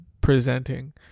presenting